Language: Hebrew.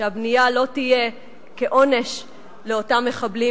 שהבנייה לא תהיה כעונש לאותם מחבלים,